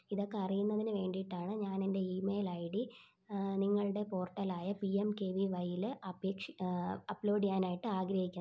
ഇതൊക്കെ അറിയുന്നതിന് വേണ്ടിയിട്ടാണ് ഞാൻ എൻ്റെ ഇമെയിൽ ഐ ഡി നിങ്ങളുടെ പോർട്ടൽ ആയ പി എം കെ വി വൈയിൽ അപേക്ഷി അപ്പ്ലോഡ് ചെയ്യാനായിട്ട് ആഗ്രഹിക്കുന്നത്